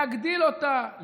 להגדיל אותה,